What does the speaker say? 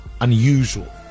unusual